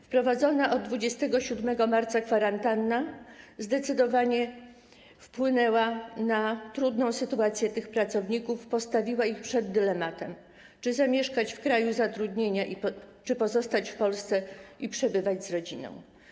Wprowadzona od 27 marca kwarantanna zdecydowanie wpłynęła na trudną sytuację tych pracowników i postawiła ich przed dylematem, czy zamieszkać w kraju zatrudnienia, czy pozostać w Polsce i przebywać z rodziną.